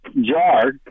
jar